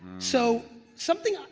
so something,